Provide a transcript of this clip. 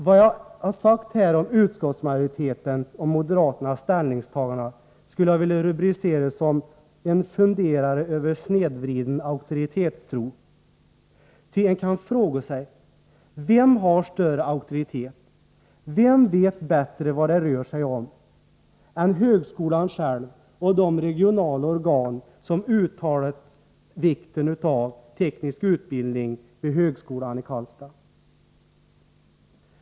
Vad jag här har sagt om utskottsmajoritetens och moderaternas ställningstagande skulle jag vilja rubricera som ”En funderare över snedvriden auktoritetstro”. Ty man kan fråga sig: Vem har större auktoritet, vem vet bättre vad det rör sig om än högskolan och de regionala organ som uttalat vikten av teknisk utbildning vid högskolan i Karlstad?